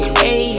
hey